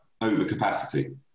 overcapacity